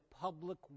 public